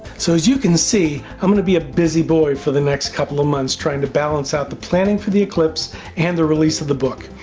so, as you can see, i'm going to be a busy boy for the next couple of months trying to balance out the planning for the eclipse and the release of the book.